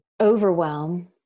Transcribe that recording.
overwhelm